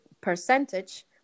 percentage